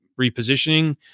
repositioning